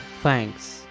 Thanks